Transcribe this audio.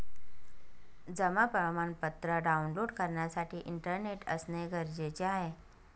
जमा प्रमाणपत्र डाऊनलोड करण्यासाठी इंटरनेट असणे गरजेचे आहे